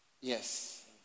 Yes